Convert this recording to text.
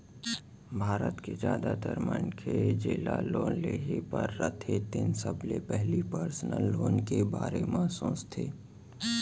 भारत के जादातर मनखे जेला लोन लेहे बर रथे तेन सबले पहिली पर्सनल लोन के बारे म सोचथे